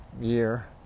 year